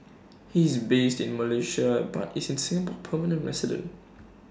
he is based in Malaysia but is A Singapore permanent resident